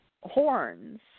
horns